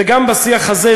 וגם בשיח הזה,